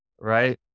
right